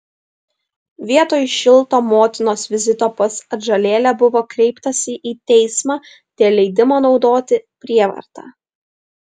vietoj šilto motinos vizito pas atžalėlę buvo kreiptasi į teismą dėl leidimo naudoti prievartą